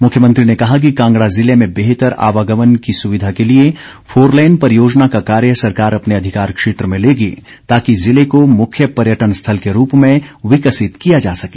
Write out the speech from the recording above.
मुख्यमंत्री ने कहा कि कांगड़ा जिले में बेहतर आवागमन की सुविधा के लिए फोरलेन परियोजना का कार्य सरकार अपने अधिकार क्षेत्र में लेगी ताकि जिले को मुख्य पर्यटन स्थल के रूप में विकसित किया जा सके